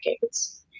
decades